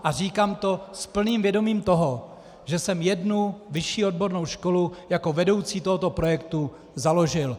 A říkám to s plným vědomím toho, že jsem jednu vyšší odbornou školu jako vedoucí tohoto projektu založil.